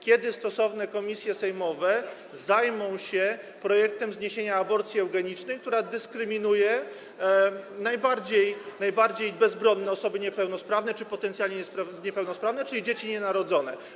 Kiedy stosowne komisje sejmowe zajmą się projektem zniesienia aborcji eugenicznej, która dyskryminuje najbardziej bezbronne osoby niepełnosprawne czy potencjalnie niepełnosprawne, czyli dzieci nienarodzone?